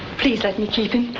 please let me take